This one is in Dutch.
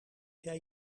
jij